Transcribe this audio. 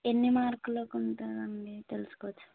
ఎన్ని మార్కులకి ఉంటుందండి తెలుసుకోవచ్చా